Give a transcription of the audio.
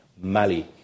Mali